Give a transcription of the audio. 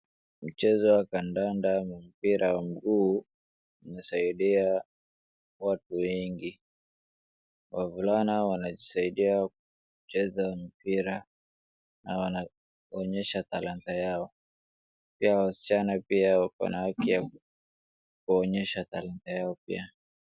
Mchezo wa kandanda au mpira wa mguu unasaidia watu wengi. Wavulana wanajisaidia kucheza mpira na wanaonyesha talanta yao. Pia wasichana pia wako na haki ya kuonyesha talanta yao pia.